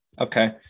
Okay